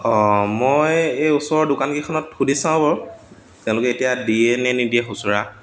অঁ মই এই ওচৰৰ দোকানকেইখনত সুধি চাওঁ বাৰু তেওঁলোকে এতিয়া দিয়ে নে নিদিয়ে খুচুৰা